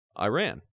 Iran